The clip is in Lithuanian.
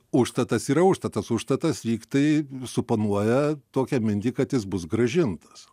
užstatas yra užstatas užstatas lyg tai suponuoja tokią mintį kad jis bus grąžintas